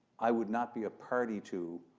i would not be a party to